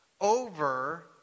over